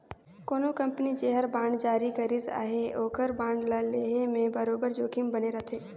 कोनो कंपनी जेहर बांड जारी करिस अहे ओकर बांड ल लेहे में बरोबेर जोखिम बने रहथे